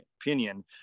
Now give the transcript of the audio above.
opinion